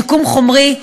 שיקום חומרי,